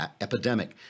epidemic